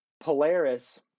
Polaris